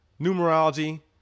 numerology